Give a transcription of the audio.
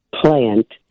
plant